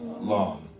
long